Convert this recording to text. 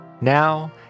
Now